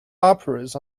operas